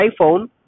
iPhone